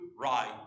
right